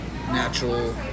natural